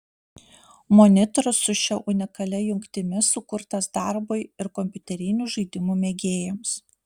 monitorius su šia unikalia jungtimi sukurtas darbui ir kompiuterinių žaidimų mėgėjams